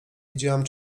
widziałem